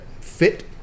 fit